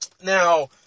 Now